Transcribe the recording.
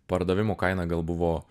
pardavimų kaina gal buvo